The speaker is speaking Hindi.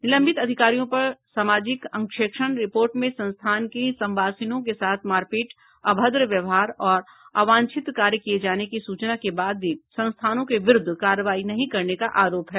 निलंबित अधिकारियों पर सामाजिक अंकेक्षण रिपोर्ट में संस्थान की संवासिनों के साथ मारपीट अभ्रद व्यवहार और अवांछित कार्य किये जाने की सूचना के बाद भी संस्थानों के विरूद्व कार्रवाई नहीं करने का आरोप है